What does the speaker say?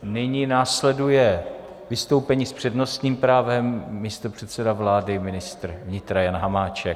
Nyní následuje vystoupení s přednostním právem, místopředseda vlády, ministr vnitra Jan Hamáček.